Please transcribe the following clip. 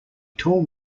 tall